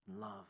love